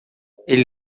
ele